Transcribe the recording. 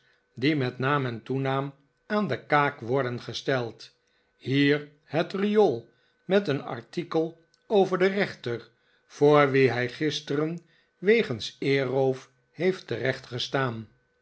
die met naam en toenaam aan de kaak worden gesteld hier het riool met een artikel over den rechter voor wien hij gisteren wegens eerroof heeft